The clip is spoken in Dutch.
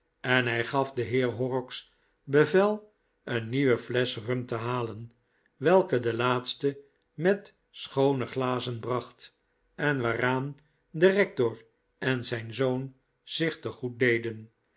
en hij gaf den heer horrocks bevel een nieuwe flesch rum te halen welke de laatste met schoone glazen bracht en waaraan de rector en zijn zoon zich tegoed deden